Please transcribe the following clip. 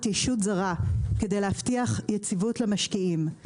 ישות זרה כדי להבטיח יציבות למשקיעים.